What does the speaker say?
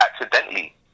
accidentally